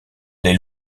les